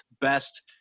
best